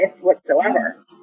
whatsoever